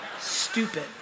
stupid